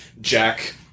Jack